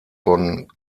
von